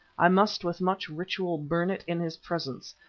i must with much ritual burn it in his presence,